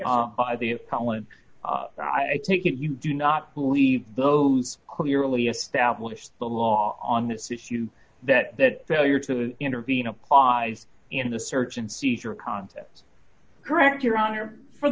by the pollen i take it you do not believe those clearly established the law on this issue that that failure to intervene applies in the search and seizure concepts correct your honor for